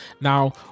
Now